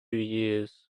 years